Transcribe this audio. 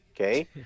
okay